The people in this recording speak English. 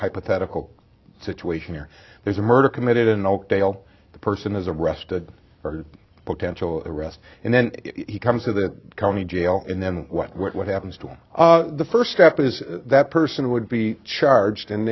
hypothetical situation where there's a murder committed in oakdale the person is arrested for potential arrest and then he comes to the county jail and then what happens to the first step is that person would be charged and